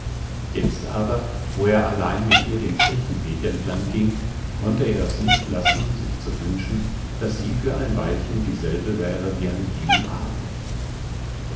jetzt aber wo er allein mit ihr den kirchenweg entlang ging konnte er es nicht lassen sich zu wünschen daß sie für ein weilchen dieselbe wäre wie an jenem abend